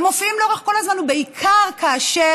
הם מופיעים לאורך כל הזמן, ובעיקר כאשר